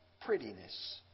prettiness